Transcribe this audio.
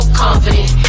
confident